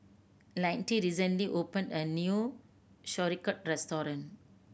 Lynette recently opened a new Sauerkraut Restaurant